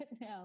now